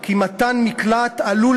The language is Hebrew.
כי מתן מקלט עלול